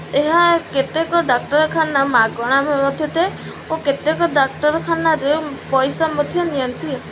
ଏହା କେତେକ ଡାକ୍ତରଖାନାରେ ମାଗଣା ମଧ୍ୟ ଦିଅନ୍ତି କେତେକ ଡାକ୍ତରଖାନାରେ ପଇସା ମଧ୍ୟ ନିଅନ୍ତି